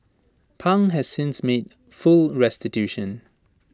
pang has since made full restitution